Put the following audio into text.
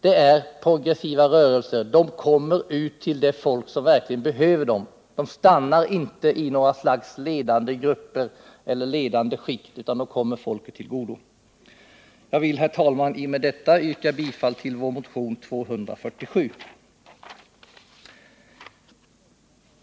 Det är progressiva rörelser. De når ut till de folk som verkligen behöver dem och stannar inte i några slags ledande grupper eller ledande skikt utan kommer folket till godo. Jag vill, herr talman, med detta yrka bifall till vår motion 247.